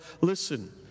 listen